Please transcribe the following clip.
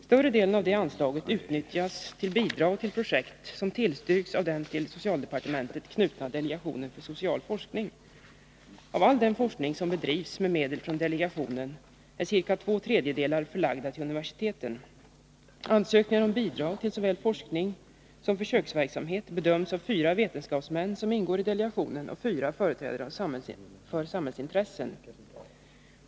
Större delen av det anslaget utnyttjas till bidrag till projekt som tillstyrks av den till socialdepartementet knutna delegationen för social forskning. Av all den forskning som bedrivs med medel från delegationen är ca två tredjedelar förlagda till universiteten. Ansökningar om bidrag till såväl forskning som försöksverksamhet bedöms av fyra vetenskapsmän som ingår i delegationen och av fyra företrädare för samhällsintressen.